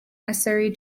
necessary